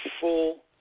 full